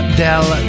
del